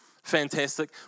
Fantastic